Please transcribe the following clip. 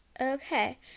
Okay